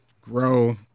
grow